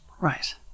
Right